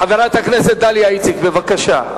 חברת הכנסת דליה איציק, בבקשה.